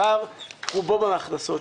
הפער, רובו בא מהכנסות.